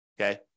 okay